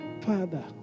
Father